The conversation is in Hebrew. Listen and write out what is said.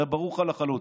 הרי ברור לך לחלוטין,